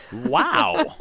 wow.